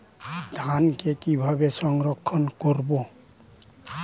ধানকে কিভাবে সংরক্ষণ করব?